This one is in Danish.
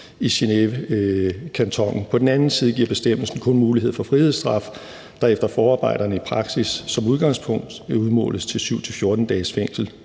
i Genève-kantonen. På den anden side giver bestemmelsen kun mulighed for frihedsstraf, der efter forarbejder og praksis som udgangspunkt udmåles til hhv. 7 og 14 dages fængsel.